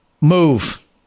Move